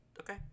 okay